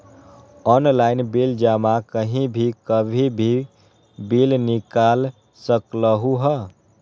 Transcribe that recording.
Online bill जमा कहीं भी कभी भी बिल निकाल सकलहु ह?